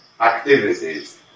activities